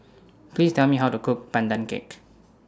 Please Tell Me How to Cook Pandan Cake